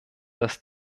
dass